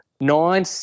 Nine